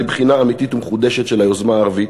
לבחינה אמיתית ומחודשת של היוזמה הערבית.